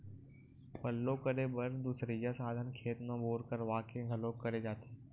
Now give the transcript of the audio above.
पल्लो करे बर दुसरइया साधन खेत म बोर करवा के घलोक करे जाथे